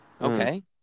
Okay